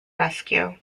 rescue